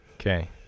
Okay